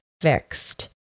fixed